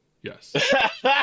Yes